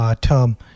term